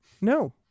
No